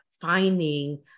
finding